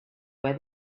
where